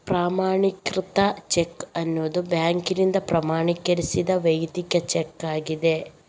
ಪ್ರಮಾಣೀಕೃತ ಚೆಕ್ ಅನ್ನುದು ಬ್ಯಾಂಕಿನಿಂದ ಪ್ರಮಾಣೀಕರಿಸಿದ ವೈಯಕ್ತಿಕ ಚೆಕ್ ಆಗಿದೆ